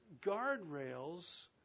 guardrails